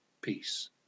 peace